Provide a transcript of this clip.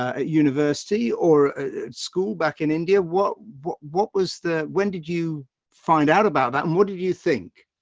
ah, a university or a school back in india? what, what what was the, when did you find out about that and what did you think?